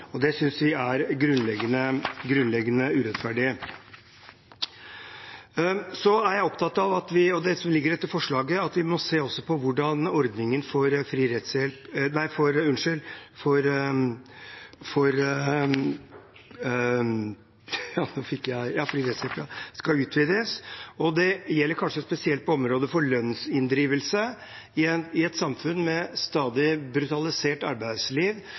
grunnleggende urettferdig. Så er jeg opptatt av at vi – og det ligger i dette forslaget – også må se på hvordan ordningen med fri rettshjelp skal utvides. Det gjelder kanskje spesielt på området for lønnsinndrivelse. I et samfunn med et stadig mer brutalisert arbeidsliv opplever vi at det er stadig flere grupper som rett og